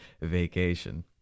vacation